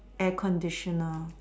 air conditioner